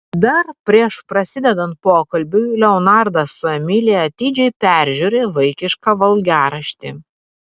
dar prieš prasidedant pokalbiui leonardas su emilija atidžiai peržiūri vaikišką valgiaraštį